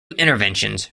interventions